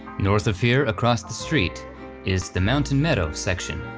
north of here, across the street is the mountain meadow section.